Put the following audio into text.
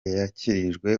yakirijwe